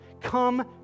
Come